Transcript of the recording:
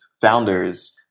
founders